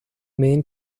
main